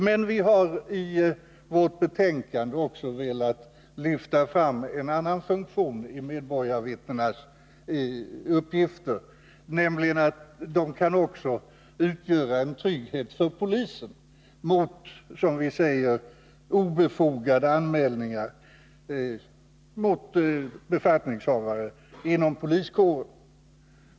Men vi har i vårt betänkande också velat peka på en annan funktion för medborgarvittnena, nämligen att de även kan utgöra en trygghet för polisen mot, som vi säger, obefogade anmälningar mot befattningshavare inom poliskåren.